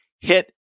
hit